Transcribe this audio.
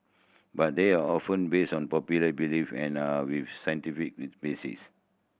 but they are often based on popular belief and are with scientific basis